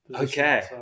Okay